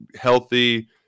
healthy